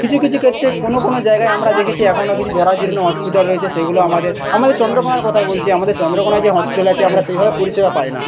কিছু কিছু ক্ষেত্রে কোনো কোনো জায়গায় আমরা দেখেছি এখনও কিছু জরাজীর্ণ হসপিটাল রয়েছে সেগুলো আমাদের আমাদের চন্দ্রকোনার কথাই বলছি আমাদের চন্দ্রকোনায় যে হসপিটাল আছে আমরা সেইভাবে পরিষেবা পাই না